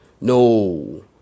no